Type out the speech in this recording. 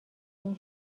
این